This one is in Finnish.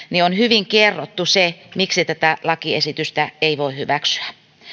on hyvin kerrottu se miksi tätä lakiesitystä ei voi hyväksyä